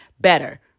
better